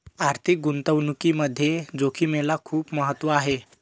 आर्थिक गुंतवणुकीमध्ये जोखिमेला खूप महत्त्व आहे